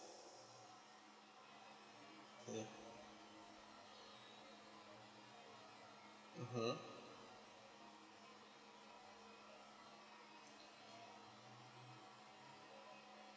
yeah mmhmm